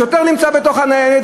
השוטר נמצא בתוך הניידת,